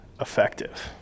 effective